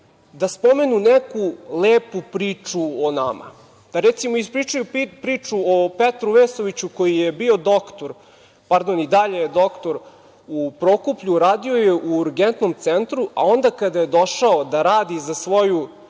da spomenu neku lepu priču o nama, da, recimo, ispričaju priču o Petru Vesoviću koji je doktor u Prokuplju? Radio je u urgentnom centru, a onda kada je došao da radi za svoju